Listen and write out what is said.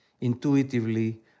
intuitively